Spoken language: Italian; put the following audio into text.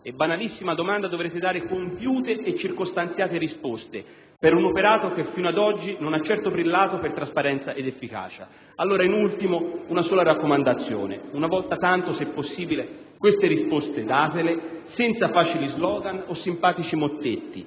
e banalissima domanda dovrete dare compiute e circostanziate risposte per un operato che fino ad oggi non ha certo brillato per trasparenza ed efficacia. Allora, in ultimo, una sola raccomandazione: una volta tanto, se possibile, queste risposte datele senza facili slogan o simpatici mottetti.